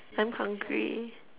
I'm hungry